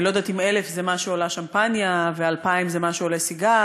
אני לא יודעת אם 1000 זה משהו על השמפניה ו-2000 זה משהו על הסיגר,